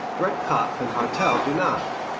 breitkopf and hartel do not.